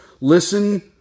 Listen